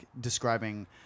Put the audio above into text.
describing